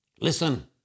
Listen